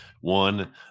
one